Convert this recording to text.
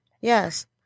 Yes